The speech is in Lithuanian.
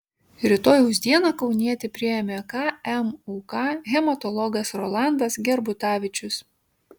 rytojaus dieną kaunietį priėmė kmuk hematologas rolandas gerbutavičius